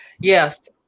Yes